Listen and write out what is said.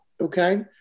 Okay